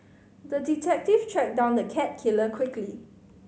the detective tracked down the cat killer quickly